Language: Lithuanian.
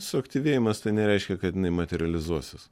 suaktyvėjimas tai nereiškia kad jinai materializuosis